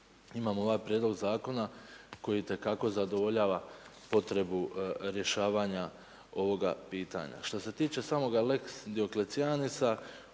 imamo ovaj prijedlog zakona koji itekako zadovoljava potrebu rješavanja ovoga pitanja. Što se tiče samoga lex dioklecianesa